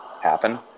happen